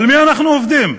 על מי אנחנו עובדים?